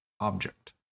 object